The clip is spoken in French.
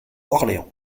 orléans